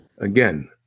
Again